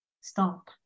stop